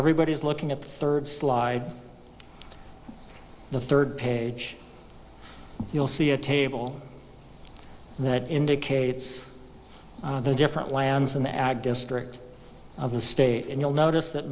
everybody's looking at the third slide the third page you'll see a table that indicates the different lands in the ag district of the state and you'll notice that